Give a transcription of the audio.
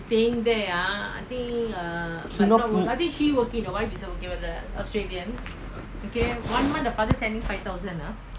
singapore